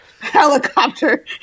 helicopter